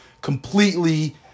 completely